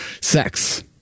sex